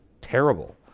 terrible